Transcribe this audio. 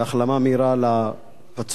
והחלמה מהירה לפצוע.